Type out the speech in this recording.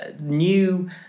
new